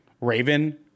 raven